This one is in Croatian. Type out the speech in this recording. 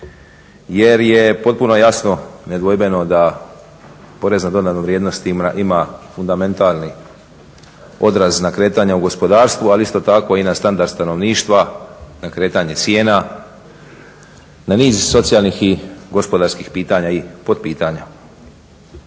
Jer je potpuno jasno nedvojbeno da porez na dodanu vrijednost ima fundamentalni odraz na kretanja u gospodarstvu ali isto tako i na standard stanovništva, na kretanje cijena, na niz socijalnih i gospodarskih pitanja i potpitanja.